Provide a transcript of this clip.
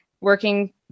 working